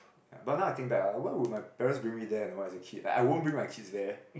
but now I think back ah why would my parents bring me there you know as a kid like I won't bring my kids there